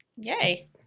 Yay